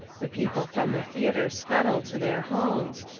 the people from the theatre scuttle to their homes.